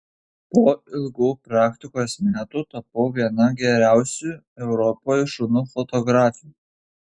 po ilgų praktikos metų tapau viena geriausių europoje šunų fotografių